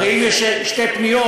הרי אם יש שתי פניות,